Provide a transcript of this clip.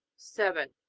seven.